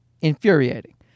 infuriating